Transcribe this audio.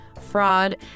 fraud